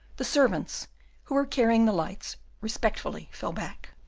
the servants who were carrying the lights respectfully fell back.